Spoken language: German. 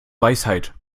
weisheit